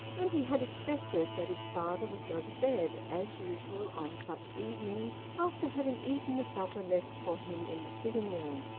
and he had expected that his father would go to bed, as usual on such evenings, after having eaten the supper left for him in the sitting-room.